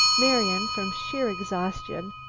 marian, from sheer exhaustion,